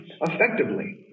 effectively